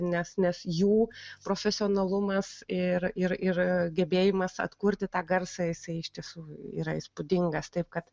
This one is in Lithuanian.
nes nes jų profesionalumas ir ir ir gebėjimas atkurti tą garsą jisai iš tiesų yra įspūdingas taip kad